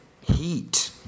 Heat